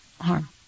harm